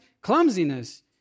clumsiness